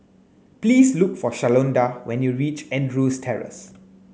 please look for Shalonda when you reach Andrews Terrace